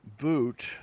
boot